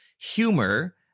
humor